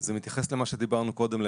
זה מתייחס למה שדיברנו עליו קודם,